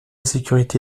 sécurité